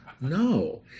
No